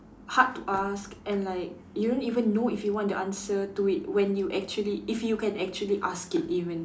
hard to ask and like you won't even know if you want to answer to it when you actually if you can actually ask it even